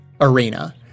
Arena